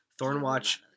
Thornwatch